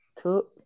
Two